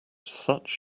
such